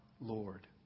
Lord